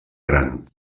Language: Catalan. gran